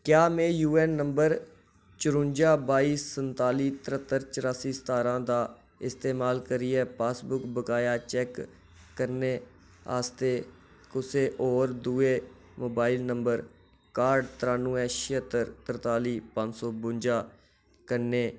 क्या में U N number चरुंजा बाई सन्ताली तर्हत्तर चरासी सतारां दा इस्तमाल करियै पासबुक बकाया चैक करने आस्तै कुसै होर दुए मोबाइल नम्बर काठ त्रेआनुएं छिहत्तर तरताली पंज सौ बुंजा कन्नै